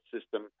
system